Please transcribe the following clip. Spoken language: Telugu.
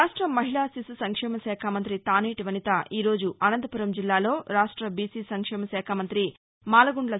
రాష్ట్ల మహిళా శిశు సంక్షేమ శాఖా మంత్రి తానేటి వనిత ఈ రోజు అనంతపురం జిల్లాలో రాష్ట బీసీ సంక్షేమ శాఖ మంతి ఎమ్